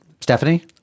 Stephanie